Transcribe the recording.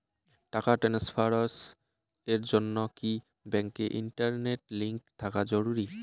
টাকা ট্রানস্ফারস এর জন্য কি ব্যাংকে ইন্টারনেট লিংঙ্ক থাকা জরুরি?